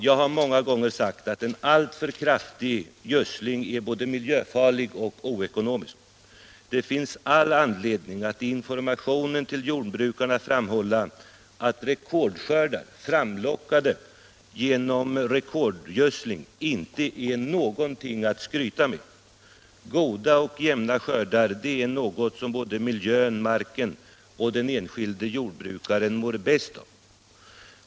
Jag har många gånger sagt att en alltför kraftig gödsling både är miljöfarlig och oekonomisk. Det finns all anledning att i informationen till jordbrukarna framhålla att rekordskördar, framlockade genom rekordgödsling, inte är någonting att skryta med. Goda och jämna skördar är däremot något som såväl miljön och marken som den enskilde jordbrukaren mår bäst av.